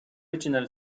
original